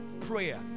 prayer